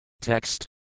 Text